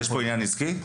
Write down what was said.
יש כאן עניין עסקי?